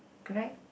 correct